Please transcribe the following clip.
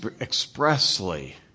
expressly